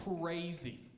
crazy